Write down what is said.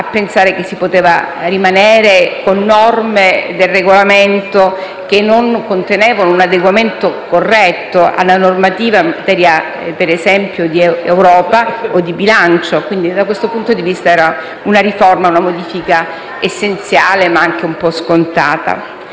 a pensare che si potesse rimanere con norme del Regolamento che non contenevano un adeguamento corretto alla normativa in materia, per esempio, di Europa o di bilancio: da questo punto di vista era una modifica essenziale, ma anche un po' scontata.